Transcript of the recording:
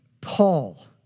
Paul